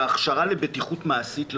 בהכשרה לבטיחות מעשית לעובדים: